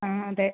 ആ അതേ